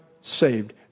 saved